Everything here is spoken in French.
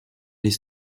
les